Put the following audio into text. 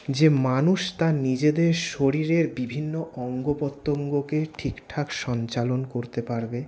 যে মানুষ তার নিজেদের শরীরের বিভিন্ন অঙ্গপ্রত্যঙ্গকে ঠিকঠাক সঞ্চালন করতে পারবে